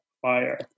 fire